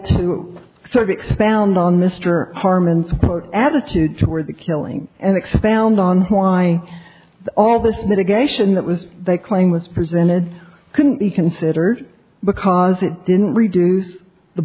to sort of expand on mr harmon attitude toward the killing and expand on why all this mitigation that was they claim was presented couldn't be considered because it didn't reduce the